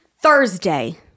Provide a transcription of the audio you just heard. Thursday